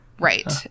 Right